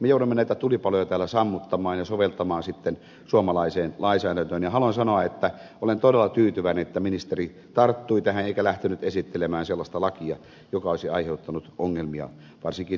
me joudumme näitä tulipaloja täällä sammuttamaan ja soveltamaan sitten suomalaiseen lainsäädäntöön ja haluan sanoa että olen todella tyytyväinen että ministeri tarttui tähän eikä lähtenyt esittelemään sellaista lakia joka olisi aiheuttanut ongelmia varsinkin maaseudulla